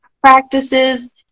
practices